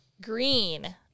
green